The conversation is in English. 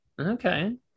Okay